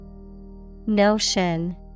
Notion